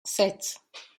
sept